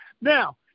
Now